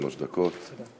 שלוש דקות.